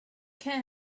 can